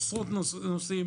עשרות נושאים